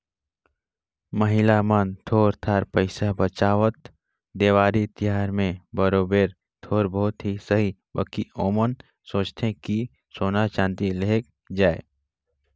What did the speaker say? महिला मन थोर थार पइसा बंचावत, देवारी तिहार में बरोबेर थोर बहुत ही सही बकि ओमन सोंचथें कि सोना चाँदी लेहल जाए